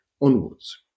onwards